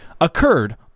Occurred